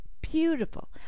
beautiful